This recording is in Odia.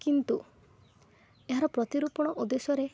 କିନ୍ତୁ ଏହାର ପ୍ରତିରୂପଣ ଉଦ୍ଦେଶ୍ୟରେ